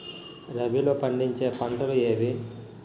రబీలో పండించే పంటలు ఏవి?